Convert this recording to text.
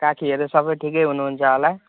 काकीहरू सबै ठिकै हुनुहुन्छ होला